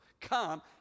Come